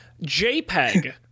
JPEG